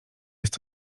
jest